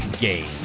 game